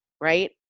right